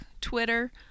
Twitter